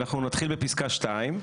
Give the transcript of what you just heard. אנחנו נתחיל בפסקה (2).